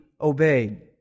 obeyed